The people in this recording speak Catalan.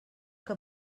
que